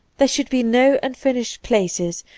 there should be no unfinished places,